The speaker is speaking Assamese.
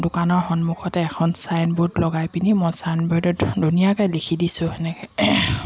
দোকানৰ সন্মুখতে এখন চাইন বৰ্ড লগাই পিনি মই চাইন বোৰ্ডত ধুনীয়াকৈ লিখি দিছোঁ তেনেকৈ